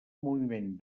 moviment